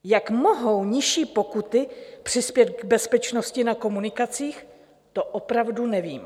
Jak mohou nižší pokuty přispět k bezpečnosti na komunikacích, to opravdu nevím.